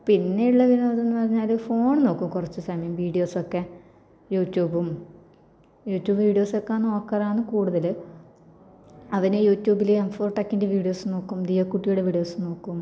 പിന്നെയുള്ളതിതെന്ന് പറഞ്ഞാൽ ഫോണ് നോക്കും കുറച്ച് സമയം വീഡിയോസൊക്കെ യൂറ്റൂബും യൂറ്റൂബ് വീഡിയോസൊക്കെ നോക്കലാന്ന് കൂടുതൽ അവൻ യൂറ്റൂബിൽ എംഫോട്ടെക്കിന്റെ വീഡിയോസ് നോക്കും ദിയ കുട്ടിയുടെ വീഡിയോസ് നോക്കും